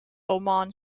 oman